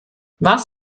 was